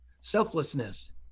selflessness